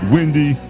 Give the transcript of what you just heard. Wendy